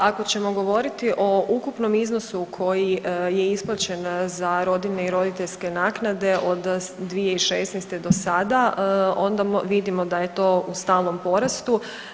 Pa ako ćemo govoriti o ukupnom iznosu koji je isplaćen za rodiljne i roditeljske naknade od 2016. do sada, onda vidimo da je to u stalnom porastu.